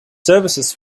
services